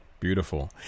beautiful